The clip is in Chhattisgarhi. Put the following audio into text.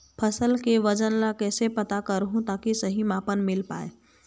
फसल के वजन ला कैसे पता करहूं ताकि सही मापन मील पाए?